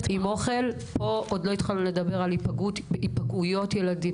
פה עוד לא התחלנו לדבר על היפגעויות ילדים.